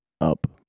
up